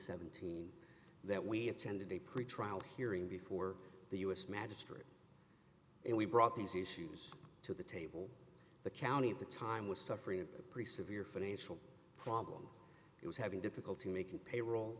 seventeen that we attended a pretrial hearing before the u s magistrate and we brought these issues to the table the county at the time was suffering a pretty severe financial problems it was having difficulty making payroll